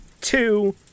two